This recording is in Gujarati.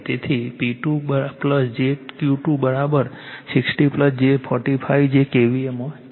તેથી P2 j Q2 60 j 45 જે KVA માં છે